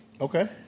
Okay